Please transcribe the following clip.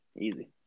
Easy